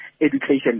education